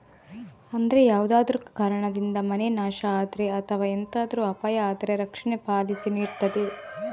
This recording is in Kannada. ಅಂದ್ರೆ ಯಾವ್ದಾದ್ರೂ ಕಾರಣದಿಂದ ಮನೆ ನಾಶ ಆದ್ರೆ ಅಥವಾ ಎಂತಾದ್ರೂ ಅಪಾಯ ಆದ್ರೆ ರಕ್ಷಣೆ ಪಾಲಿಸಿ ನೀಡ್ತದೆ